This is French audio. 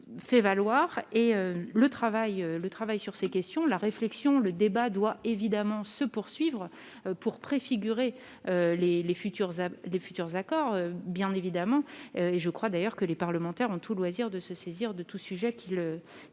le travail, le travail sur ces questions, la réflexion, le débat doit évidemment se poursuivre pour préfigurer les les futurs A des futurs accords bien évidemment et je crois d'ailleurs que les parlementaires ont tout loisir de se saisir de tout sujet qui